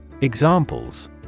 Examples